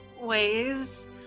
ways